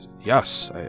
Yes